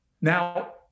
Now